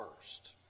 first